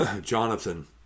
Jonathan